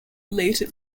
later